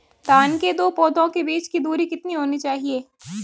धान के दो पौधों के बीच की दूरी कितनी होनी चाहिए?